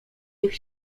tych